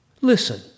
Listen